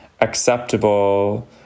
acceptable